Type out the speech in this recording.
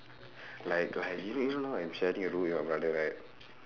like like you know you know now I'm sharing a room with my brother right